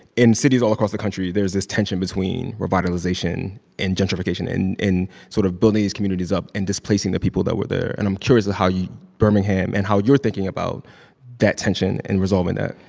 in cities all across the country, there's this tension between revitalization and gentrification in in sort of building these communities up and displacing the people that were there. and i'm curious to how yeah birmingham and how you're thinking about that tension and resolving that